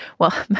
well,